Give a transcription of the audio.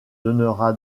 donnera